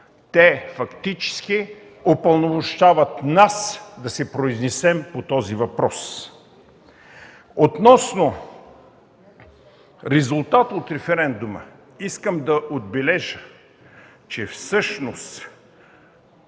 Те фактически упълномощават нас да се произнесем по този въпрос. Относно резултата от референдума искам да отбележа, че всъщност